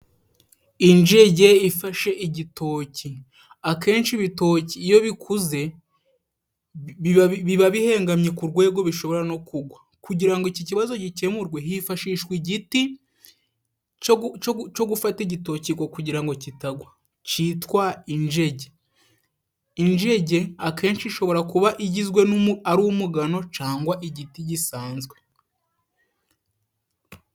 Injege ifashe igitoki， akenshi ibitoki iyo bikuze biba bihengamye ku rwego bishobora no kugwa， kugira ngo iki kibazo gikemurwe hifashishwa igiti co gufata igitoki， ngo kugira ngo kitagwa citwa injege. Injege akenshi ishobora kuba igizwe ari umugano cangwa igiti gisanzwe.